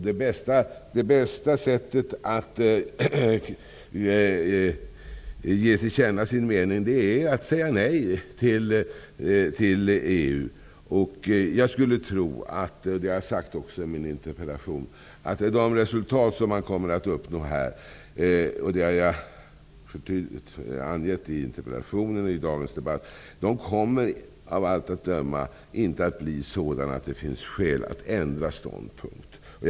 Det bästa sättet att ge sin mening till känna är att säga nej till EU. Jag skulle tro att de resultat som man kommer att uppnå av allt att döma inte kommer att bli sådana att det finns skäl att ändra ståndpunkt. Det har jag också sagt i min interpellation och i dagens debatt.